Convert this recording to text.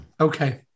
Okay